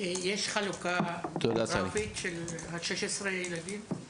חלוקה גיאוגרפית של 16 הילדים האלה?